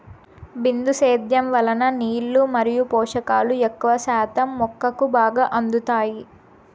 బిందు సేద్యం వలన నీళ్ళు మరియు పోషకాలు ఎక్కువ శాతం మొక్కకు బాగా అందుతాయి